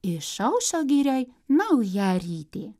išaušo girioj nauja rytė